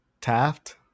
taft